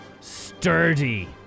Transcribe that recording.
sturdy